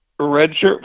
redshirt